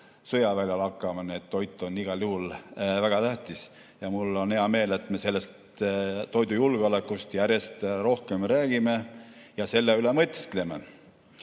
sõjaväljal hakkama. Nii et toit on igal juhul väga tähtis. Mul on hea meel, et me toidujulgeolekust järjest rohkem räägime ja selle üle mõtiskleme. Kui